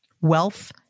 Wealth